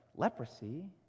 leprosy